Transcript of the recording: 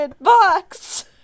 box